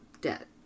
debt